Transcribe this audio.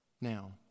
Now